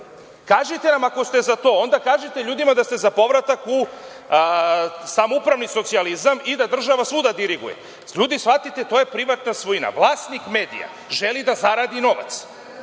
Kažite nam ako ste za to. Onda kažite ljudima da ste za povratak u samoupravni socijalizam i da država svuda diriguje. Ljudi, shvatite, to je privatna svojina. Vlasnik medija želi da zaradi novac,